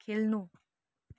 खेल्नु